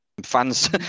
Fans